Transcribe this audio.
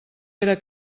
era